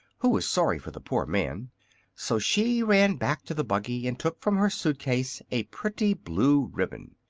who was sorry for the poor man so she ran back to the buggy and took from her suit-case a pretty blue ribbon.